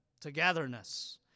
togetherness